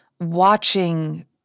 watching